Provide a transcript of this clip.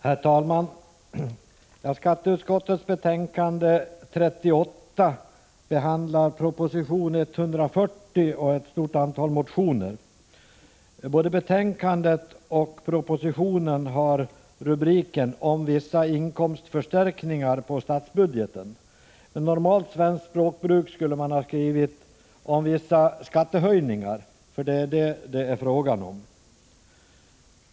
Herr talman! Skatteutskottets betänkande 38 behandlar proposition 140 FIER Mens breNge. och ett stort antal motioner. Både betänkandet och propositionen har rubriken ”om vissa inkomstförstärkningar på statsbudgeten”. Med normalt svenskt språkbruk skulle man ha skrivit ”om vissa skattehöjningar” för det är vad det är fråga om.